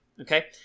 Okay